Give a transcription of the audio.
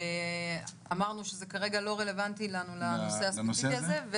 ואמרנו שזה כרגע לא רלוונטי לנו לנושא הספציפי הזה,